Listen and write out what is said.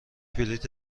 بلیت